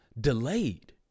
delayed